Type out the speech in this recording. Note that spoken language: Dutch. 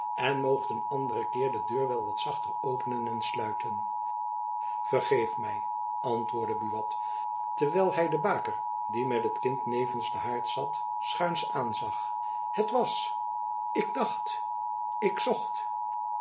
en moogt een anderen keer de deur wel wat zachter openen en sluiten vergeef my antwoordde buat terwijl hy de baker die met het kind nevens den haard zat schuins aanzag het was ik dacht ik zocht